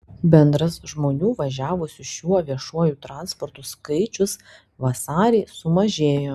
bendras žmonių važiavusių šiuo viešuoju transportu skaičius vasarį sumažėjo